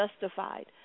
justified